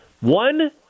one